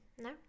No